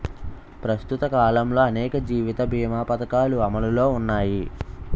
ప్రస్తుత కాలంలో అనేక జీవిత బీమా పధకాలు అమలులో ఉన్నాయి